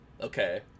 Okay